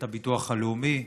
מאת הביטוח הלאומי.